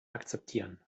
akzeptieren